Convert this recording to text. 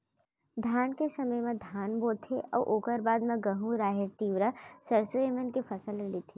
धान के समे म धान बोथें अउ ओकर बाद म गहूँ, राहेर, तिंवरा, सरसों ए मन के फसल लेथें